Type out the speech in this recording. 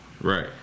Right